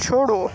छोड़ो